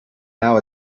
now